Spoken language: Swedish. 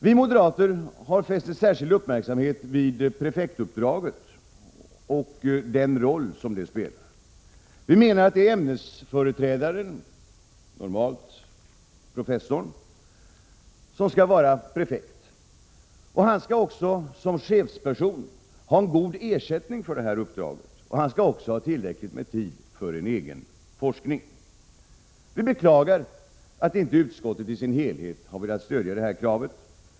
Vi moderater har fäst särskild uppmärksamhet vid prefektuppdraget och den roll som det spelar. Vi menar att det är ämnesföreträdaren — normalt professorn — som skall vara prefekt. Han skall också som chefsperson ha god ersättning för det uppdraget och dessutom ha tillräcklig tid för egen forskning. Vi beklagar att utskottet inte i sin helhet har velat stödja det kravet.